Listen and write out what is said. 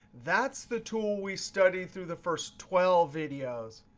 that's the tool we studied through the first twelve videos.